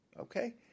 okay